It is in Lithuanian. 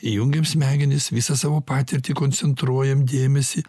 įjungiam smegenis visą savo patirtį koncentruojam dėmesį